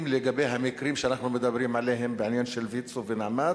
לגבי המקרים שאנחנו מדברים עליהם בעניין של ויצו ו"נעמת",